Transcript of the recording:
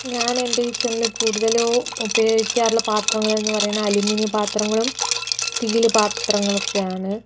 ഞാനെൻറെ കിച്ചണില് കൂടുതലും ഉപയോഗിക്കാറുള്ള പാത്രങ്ങളെന്ന് പറയണത് അലൂമിനിയം പാത്രങ്ങളും സ്റ്റീല് പാത്രങ്ങളൊക്കെയാണ്